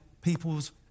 people's